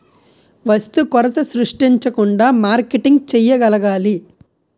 వస్తు కొరత సృష్టించకుండా మార్కెటింగ్ చేయగలగాలి